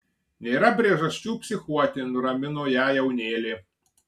nėra priežasčių psichuoti nuramino ją jaunėlė